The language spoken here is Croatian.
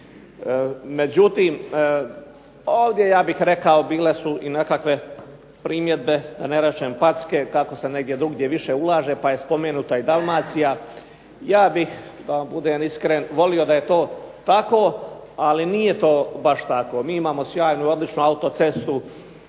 Međutim, ovdje ja bih rekao bile su i nekakve primjedbe, da ne rečem packe, kako se negdje drugdje više ulaže pa je spomenuta i Dalmacija. Ja bih, da vam budem iskren, volio da je to tako, ali nije to baš tako. Mi imamo sjajnu i odličnu autocestu